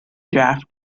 draft